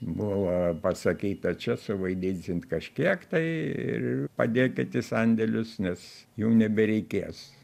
buvo pasakyta čia suvaidinsit kažkiek tai ir padėkit į sandėlius nes jų nebereikės